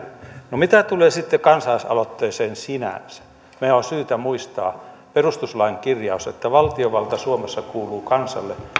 no mitä tulee sitten kansalaisaloitteeseen sinänsä niin meidän on syytä muistaa perustuslain kirjaus että valtiovalta suomessa kuuluu kansalle